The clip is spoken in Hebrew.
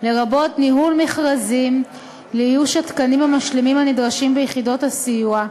לרבות ניהול מכרזים לאיוש התקנים המשלימים הנדרשים ביחידות הסיוע,